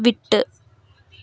விட்டு